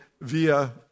via